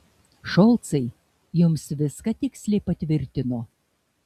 šolcai jums viską tiksliai patvirtino